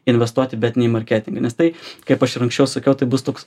investuoti bet ne į marketingą nes tai kaip aš ir anksčiau sakiau tai bus toks